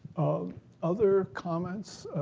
other comments,